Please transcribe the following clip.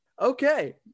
okay